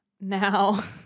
Now